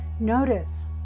Notice